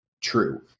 true